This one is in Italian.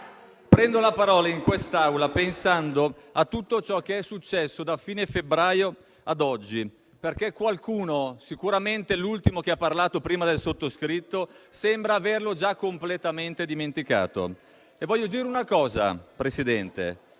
prendo la parola in quest'Aula pensando a tutto ciò che è successo da fine febbraio ad oggi, perché qualcuno - sicuramente l'ultimo che ha parlato prima del sottoscritto - sembra averlo già completamente dimenticato. Voglio dire una cosa, Presidente: